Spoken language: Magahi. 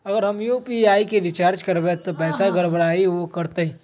अगर हम यू.पी.आई से रिचार्ज करबै त पैसा गड़बड़ाई वो करतई?